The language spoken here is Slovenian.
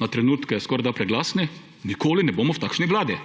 na trenutke skorajda preglasni, nikoli ne bomo v takšni vladi.